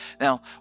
Now